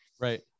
Right